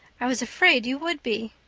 i was afraid you would be.